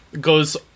goes